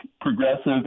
progressive